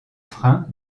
frein